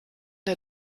der